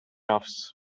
offs